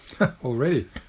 Already